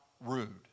rude